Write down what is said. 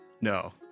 No